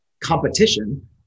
competition